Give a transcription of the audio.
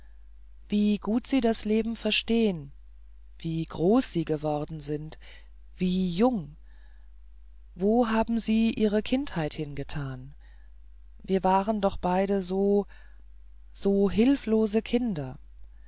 wie gut sie das leben verstehen wie groß sie geworden sind wie jung wo haben sie ihre kindheit hingetan wir waren doch beide so so hilflose kinder